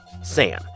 Sam